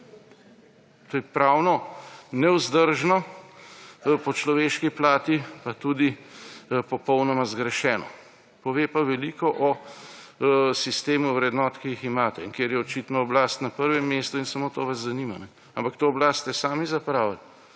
To je pravno nevzdržno. To je po človeški plati pa tudi popolnoma zgrešeno. Pove pa veliko o sistemu vrednot, ki jih imate in kjer je očitno oblast na prvem mestu; in samo to vas zanima. Ampak to oblast ste sami zapravili.